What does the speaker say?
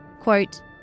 Quote